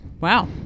Wow